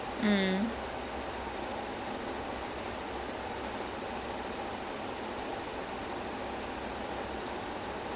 I think like for for like the casting right I think like tom holland and robert downey junior were probably the best casting Marvel has done